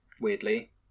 Weirdly